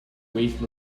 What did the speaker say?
waste